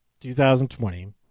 2020